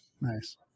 nice